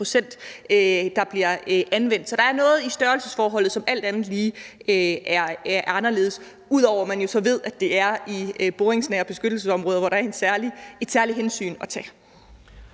der bliver anvendt. Så der er noget i størrelsesforholdet, som alt andet lige er anderledes, ud over at man jo så ved, at det er i boringsnære beskyttelsesområder, hvor der er et særligt hensyn at tage.